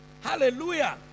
Hallelujah